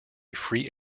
free